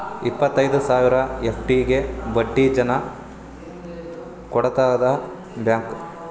ಇಪ್ಪತ್ತೈದು ಸಾವಿರ ಎಫ್.ಡಿ ಗೆ ಬಡ್ಡಿ ಏನ ಕೊಡತದ ಬ್ಯಾಂಕ್?